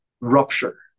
rupture